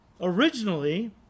Originally